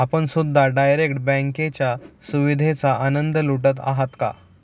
आपण सुद्धा डायरेक्ट बँकेच्या सुविधेचा आनंद लुटत आहात का?